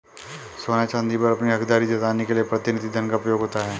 सोने चांदी पर अपनी हकदारी जताने के लिए प्रतिनिधि धन का उपयोग होता है